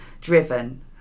driven